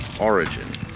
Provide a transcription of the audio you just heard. origin